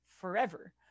forever